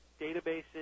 databases